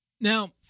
Now